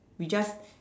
we just